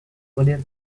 voler